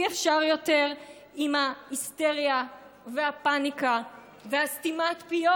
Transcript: אי-אפשר יותר עם ההיסטריה והפניקה וסתימת הפיות.